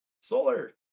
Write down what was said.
Solar